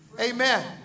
Amen